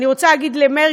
אבל אני רוצה לומר למרגי,